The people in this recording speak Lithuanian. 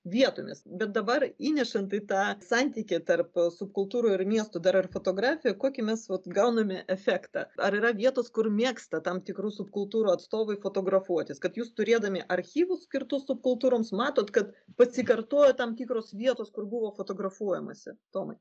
vietomis bet dabar įnešant į tą santykį tarp subkultūrų ir miestų dar fotografiją kokį mes vat gauname efektą ar yra vietos kur mėgsta tam tikrų subkultūrų atstovai fotografuotis kad jūs turėdami archyvus skirtus subkultūroms matot kad pasikartoja tam tikros vietos kur buvo fotografuojamasi tomai